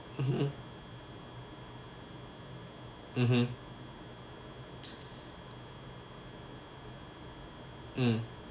mmhmm mmhmm mm